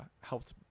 helped